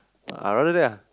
I rather that ah